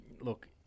Look